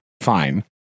fine